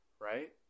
right